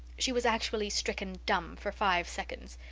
she was actually stricken dumb for five seconds.